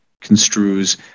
construes